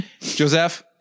Joseph